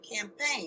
campaign